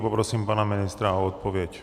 Poprosím pana ministra o odpověď.